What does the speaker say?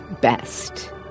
best